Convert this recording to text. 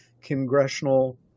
congressional